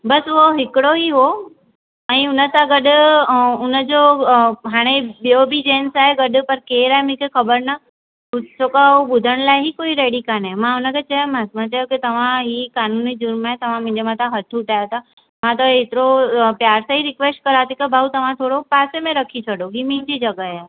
बसि उहो हिकिड़ो ई हो ऐं हुनसां गॾु उनजो हाणे ॿियों बि जेन्ट्स आहे गॾु पर केरु आहे मूंखे ख़बरु न छो क हो ॿुधण लाइ ई कोई रेडी कान्हे मां हुनखे चयोमांसि मां चयो की तव्हां ही कानूनी जुर्म आहे तव्हां मुंहिंजे मथां हथु उठायो था मां त एतिरो प्यार सां ई रिक्वेस्ट कयां थी भाऊ तव्हां थोरो पासे में रखी छॾो ई मुंहिंजी जॻहि आहे